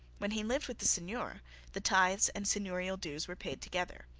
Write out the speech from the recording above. when he lived with the seigneur the tithes and seigneurial dues were paid together.